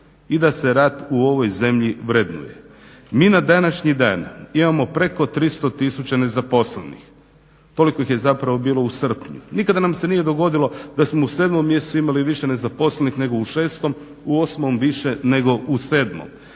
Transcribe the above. i da se rad u ovoj zemlji vrednuje. Mi na današnji dan imamo preko 300 tisuća nezaposlenih toliko ih je zapravo bilo u srpnju. Nikada nam se nije dogodilo da smo u 7.mjesecu imali više nezaposlenih nego u 6. u 8. više nego u 7.